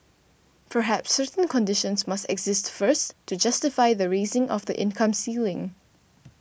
perhaps certain conditions must exist first to justify the raising of the income ceiling